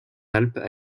alpes